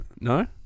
No